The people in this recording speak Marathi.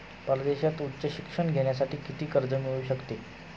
परदेशात उच्च शिक्षण घेण्यासाठी किती कर्ज मिळू शकते?